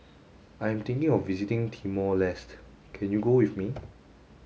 I am thinking of visiting Timor Leste can you go with me